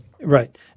Right